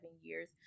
years